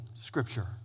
scripture